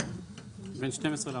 בין 12% ל-14%.